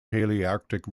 palearctic